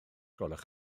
gwelwch